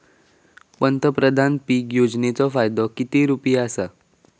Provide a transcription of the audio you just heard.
पंतप्रधान पीक योजनेचो फायदो किती रुपये आसा?